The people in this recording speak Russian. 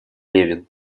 левин